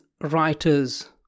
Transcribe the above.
writers